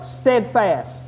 steadfast